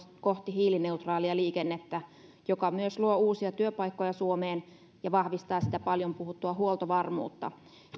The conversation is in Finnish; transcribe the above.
kohti hiilineutraalia liikennettä mikä myös luo uusia työpaikkoja suomeen ja vahvistaa sitä paljon puhuttua huoltovarmuutta